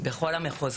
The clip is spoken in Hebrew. כאלה בכל המחוזות,